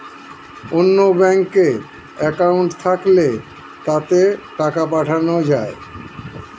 অন্য ব্যাঙ্কে অ্যাকাউন্ট থাকলে তাতে টাকা পাঠানো যায়